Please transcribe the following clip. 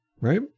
right